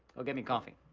go get me coffee.